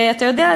אתה יודע,